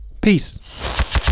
peace